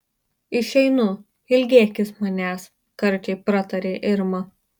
išeinu ilgėkis manęs karčiai pratarė irma